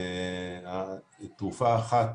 תרופה אחת,